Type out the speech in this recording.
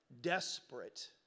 desperate